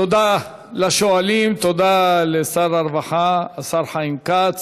תודה לשואלים, תודה לשר הרווחה השר חיים כץ.